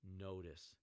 notice